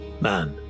man